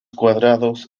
cuadrados